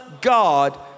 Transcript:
God